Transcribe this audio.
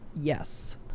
Yes